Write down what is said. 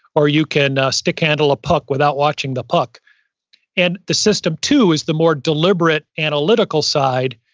or you can stick-handle a puck without watching the puck and the system two is the more deliberate analytical side,